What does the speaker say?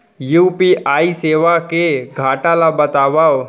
UPI सेवा के घाटा ल बतावव?